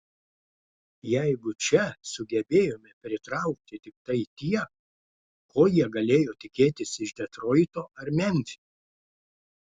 jeigu čia sugebėjome pritraukti tiktai tiek ko jie galėjo tikėtis iš detroito ar memfio